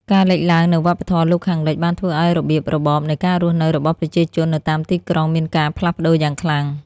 ការលេចឡើងនូវវប្បធម៌លោកខាងលិចបានធ្វើឲ្យរបៀបរបបនៃការរស់នៅរបស់ប្រជាជននៅតាមទីក្រុងមានការផ្លាស់ប្តូរយ៉ាងខ្លាំង។